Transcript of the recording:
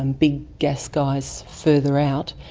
and big gas guys further out,